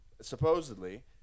supposedly